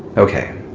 okay.